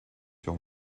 sur